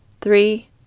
three